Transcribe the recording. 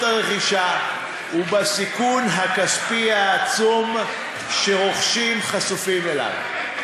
הרכישה והסיכון הכספי העצום שרוכשים חשופים אליו.